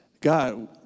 God